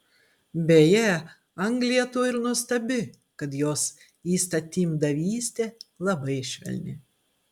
beje anglija tuo ir nuostabi kad jos įstatymdavystė labai švelni